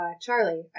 Charlie